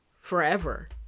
forever